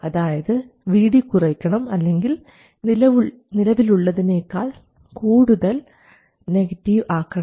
അതായത് Vd കുറയ്ക്കണം അല്ലെങ്കിൽ നിലവിലുള്ളതിനേക്കാൾ കൂടുതൽ നെഗറ്റീവ് ആക്കണം